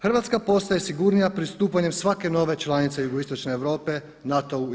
Hrvatska postaje sigurnija pristupanjem svake nove članice Jugoistočne Europe NATO-u i EU.